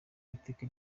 iteka